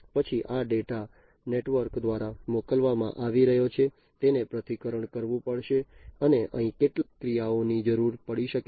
પછી આ data network દ્વારા મોકલવામાં આવી રહ્યો છે તેનું પૃથ્થકરણ કરવું પડશે અને અહીં કેટલીક ક્રિયાઓની જરૂર પડી શકે છે